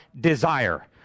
desire